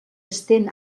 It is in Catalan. estén